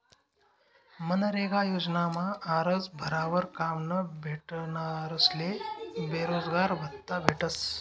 मनरेगा योजनामा आरजं भरावर काम न भेटनारस्ले बेरोजगारभत्त्ता भेटस